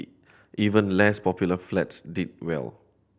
even less popular flats did well